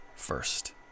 First